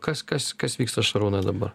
kas kas kas vyksta šarūnai dabar